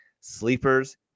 sleepers